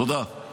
תודה.